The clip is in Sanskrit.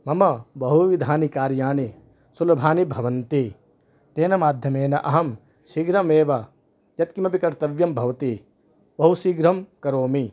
मम बहुविधानि कार्याणि सुलभानि भवन्ति तेन माध्यमेन अहं शीघ्रमेव यत् किमपि कर्तव्यं भवति बहु शीघ्रं करोमि